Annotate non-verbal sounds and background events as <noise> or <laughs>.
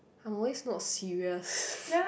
I always not serious <laughs>